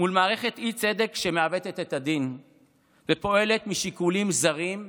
מול מערכת אי-צדק שמעוותת את הדין ופועלת משיקולים זרים ופסולים.